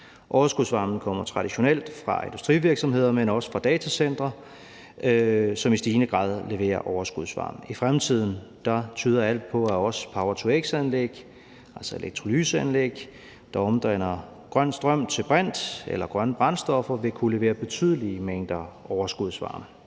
Overskudsvarmen kommer traditionelt fra industrivirksomheder, men også fra datacentre, som i stigende grad leverer overskudsvarmen. I fremtiden tyder alt på, at også power-to-x-anlæg, altså elektrolyseanlæg, der omdanner grøn strøm til brint eller grønne brændstoffer, vil kunne levere betydelige mængder overskudsvarme.